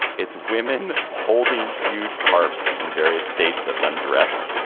it's women holding huge karp's in various states of undress.